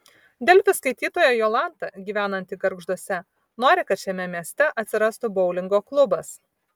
delfi skaitytoja jolanta gyvenanti gargžduose nori kad šiame mieste atsirastų boulingo klubas